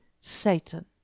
Satan